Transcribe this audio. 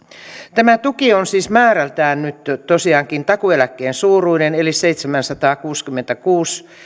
tämä tuki on siis määrältään nyt tosiaankin takuueläkkeen suuruinen eli seitsemänsataakuusikymmentäkuusi